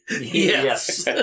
Yes